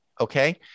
okay